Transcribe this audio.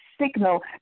signal